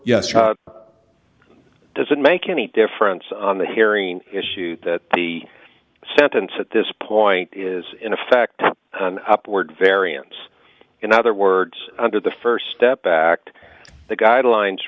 yes does it make any difference on the hearing issue that the sentence at this point is in effect upward variance in other words under the st step act the guidelines